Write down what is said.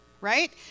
right